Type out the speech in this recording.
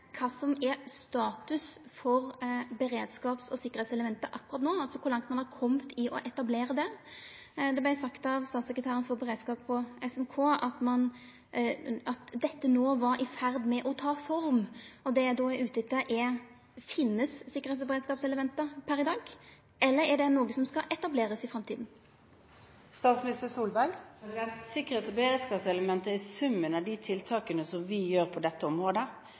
som er status for beredskaps- og sikkerheitselementet akkurat no, altså kor langt ein er komen i å etablera det. Det vart sagt av statssekretæren for beredskap ved SMK at dette no var i ferd med å ta form. Det eg då er ute etter, er: Finst sikkerheits- og beredskapselementet per i dag, eller er det noko som skal etablerast i framtida? Sikkerhets- og beredskapselementet er summen av de tiltakene som vi gjør på dette området,